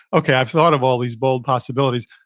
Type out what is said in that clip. okay, i've thought of all these bold possibilities,